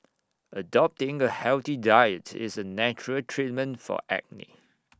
adopting A healthy diets is A natural treatment for acne